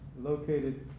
located